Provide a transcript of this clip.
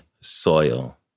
soil